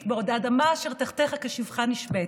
/ בעוד האדמה אשר תחתיך כשפחה נשבית?